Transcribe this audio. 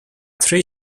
three